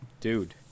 Dude